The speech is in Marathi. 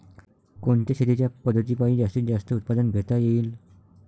कोनच्या शेतीच्या पद्धतीपायी जास्तीत जास्त उत्पादन घेता येईल?